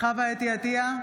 חוה אתי עטייה,